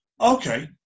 Okay